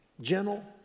gentle